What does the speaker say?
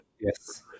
Yes